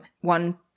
one